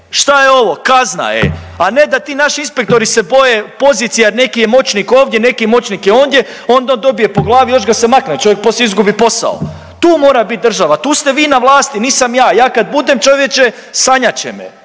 šta je ovo, kazna e, a ne da ti naši inspektori se boje pozicija neki je moćnik ovdje, neki je moćnik je ondje, onda on dobije po glavi još ga se makne, čovjek poslije izgubi posao. Tu mora biti država, tu ste vi na vlasti, nisam ja, ja kad budem čovječe sanjat će me,